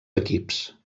equips